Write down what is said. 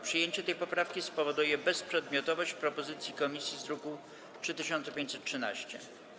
Przyjęcie tej poprawki spowoduje bezprzedmiotowość propozycji komisji z druku nr 3513.